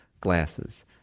glasses